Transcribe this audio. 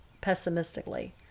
pessimistically